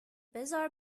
بزار